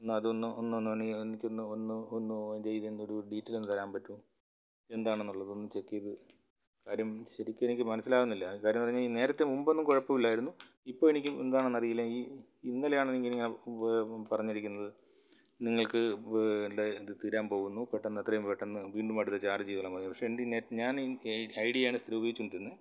എന്നാൽ അത് ഒന്ന് ഒന്ന് ഒന്ന് ഒന്നിച്ചൊന്ന് ഒന്ന് ഒന്ന് ഇതിൻ്റെയൊരു ഡീറ്റെയിലൊന്നു തരാൻ പറ്റുമോ എന്താണെന്നുള്ളത് ഒന്ന് ചെക്ക് ചെയ്തു കാര്യം ശരിക്ക് എനിക്ക് മനസ്സിലാകുന്നില്ല കാര്യമെന്നു പറഞ്ഞാൽ ഈ നേരത്തെ മുൻപൊന്നും കുഴപ്പവുമില്ലായിരുന്നു ഇപ്പോൾ എനിക്ക് എന്താണെന്നറിയില്ല എനിക്ക് ഇന്നലെയാണ് ഇങ്ങനെ പറഞ്ഞിരിക്കുന്നത് നിങ്ങൾക്ക് ഇതു തീരാൻ പോകുന്നു പെട്ടെന്ന് എത്രയും പെട്ടെന്നു വീണ്ടും അടുത്ത ചാർജ്ജ് ചെയ്തോളാൻ പറഞ്ഞു പക്ഷേ എൻ്റെ ഈ നെറ്റ് ഞാൻ ഐഡിയയാണ് സ്ഥിരം ഉപയോഗിച്ചു കൊണ്ടിരുന്നത്